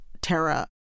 Tara